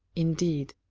indeed,